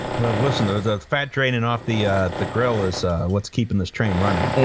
listen, the fat draining off the ah the grill is what's keeping this train running.